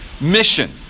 mission